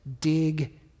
dig